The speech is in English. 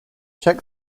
check